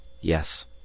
Yes